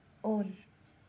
on